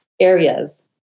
areas